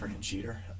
cheater